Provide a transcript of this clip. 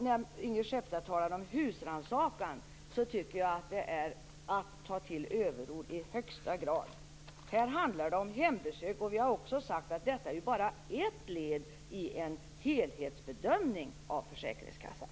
När Ingrid Skeppstedt talar om husrannsakan tycker jag att det är att ta till överord i högsta grad. Här handlar det om hembesök, och vi har också sagt att detta är ett led i en helhetsbedömning av försäkringskassan.